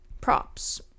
props